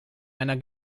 einer